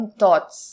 thoughts